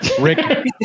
Rick